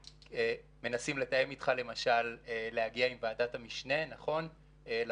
שמנסים לתאם איתך למשל להגיע עם ועדת המשנה לפיילוט